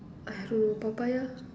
I don't know Papaya